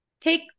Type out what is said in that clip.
take